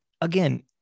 again